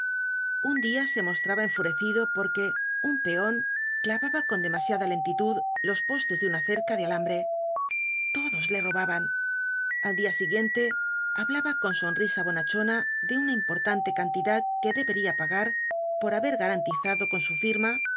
un día se mostraba enfurecido porque un peón clavaba con demasiada lentitud los postes de una cerca de alambre todos le robaban al día siguiente hablaba con sonrisa bonachona de una importante cantidad que debería pagar por haber garantizado con su firma